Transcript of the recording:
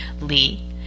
Lee